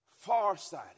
Farsighted